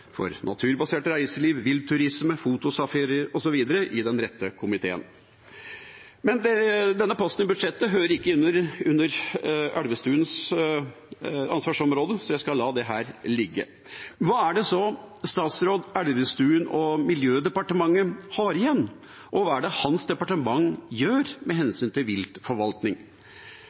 den rette komiteen. Men denne posten i budsjettet hører ikke inn under Elvestuens ansvarsområde, så jeg skal la det ligge. Hva er det så statsråd Elvestuen og Miljødepartementet har igjen, og hva er det hans departement gjør med hensyn til